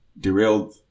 derailed